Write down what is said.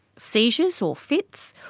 seizures or fits,